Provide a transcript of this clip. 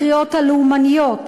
הקריאות הלאומניות,